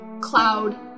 cloud